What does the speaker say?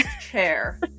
chair